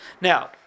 Now